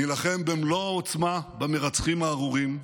נילחם במלוא העוצמה במרצחים הארורים,